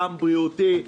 גם בריאותי,